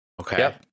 Okay